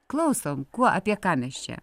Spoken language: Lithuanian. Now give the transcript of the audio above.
klausom kuo apie ką mes čia